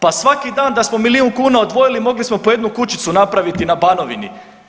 Pa svaki dan da smo milijun kuna otvorili, mogli smo po jednu kućicu napraviti na Banovini.